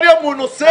כל יום הוא נוסע?